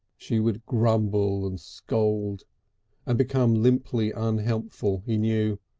she would grumble and scold and become limply unhelpful, he knew,